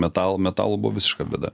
metalo metalo buvo visiška bėda